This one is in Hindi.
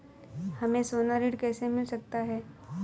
हमें सोना ऋण कैसे मिल सकता है?